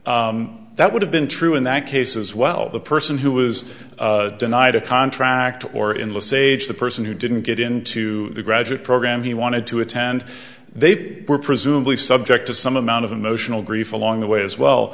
bronstein that would have been true in that case as well the person who was denied a contract or in le sage the person who didn't get into the graduate program he wanted to attend they were presumably subject to some amount of emotional grief along the way as well